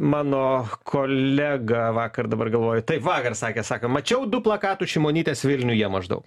mano kolega vakar dabar galvoju taip vakar sakė sako mačiau du plakatus šimonytės vilniuje maždaug